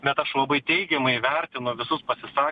bet aš labai teigiamai vertinu visus pasisa